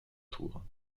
tour